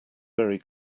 very